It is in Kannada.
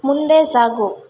ಮುಂದೆ ಸಾಗು